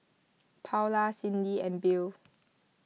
Paola Cindy and Bill